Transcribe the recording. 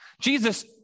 Jesus